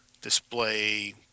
display